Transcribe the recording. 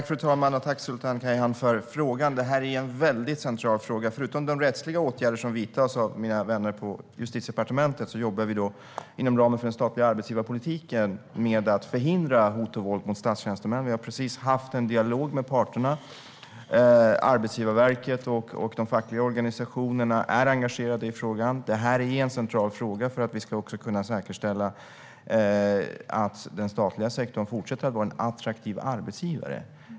Fru talman! Jag tackar Sultan Kayhan för frågan. Detta är en mycket central fråga. Förutom de rättsliga åtgärder som vidtas av mina vänner på Justitiedepartementet jobbar vi inom ramen för den statliga arbetsgivarpolitiken för att förhindra hot och våld mot statstjänstemän. Vi har alldeles nyligen haft en dialog med parterna. Arbetsgivarverket och de fackliga organisationerna är engagerade i frågan. Detta är en central fråga för att vi också ska kunna säkerställa att den statliga sektorn fortsätter att vara en attraktiv arbetsgivare.